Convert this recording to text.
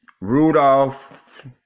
Rudolph